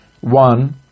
one